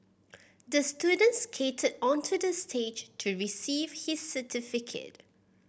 the student skated onto the stage to receive his certificate